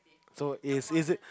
so is is it